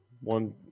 one